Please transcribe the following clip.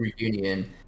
Reunion